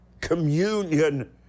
communion